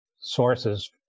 sources